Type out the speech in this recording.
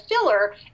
filler